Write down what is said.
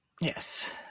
Yes